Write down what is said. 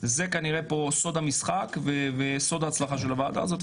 זה כנראה פה סוד המשחק וסוד ההצלחה של הוועדה הזאת.